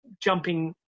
jumping